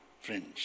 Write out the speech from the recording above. friends